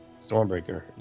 Stormbreaker